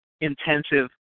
intensive